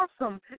awesome